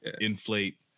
inflate